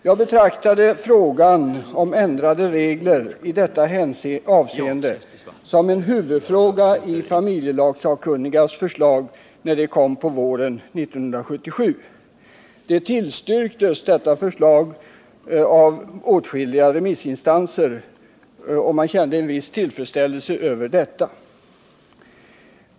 Jag betraktade frågan om ändrade regler i detta avseende som en huvudfråga :i familjelagssakkunnigas förslag, när det kom på våren 1977. Detta förslag tillstyrktes av åtskilliga remissinstanser. Det var tillfredsställande.